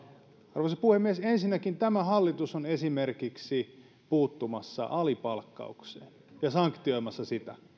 arvoisa puhemies ensinnäkin tämä hallitus on esimerkiksi puuttumassa alipalkkaukseen ja sanktioimassa sitä